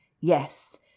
Yes